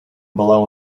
below